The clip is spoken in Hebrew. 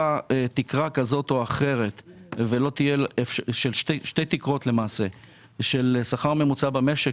ייקבעו שתי תקרות של שכר ממוצע במשק,